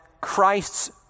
Christ's